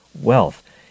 wealth